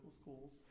schools